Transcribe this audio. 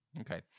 Okay